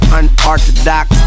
unorthodox